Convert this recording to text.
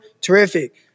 Terrific